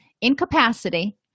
incapacity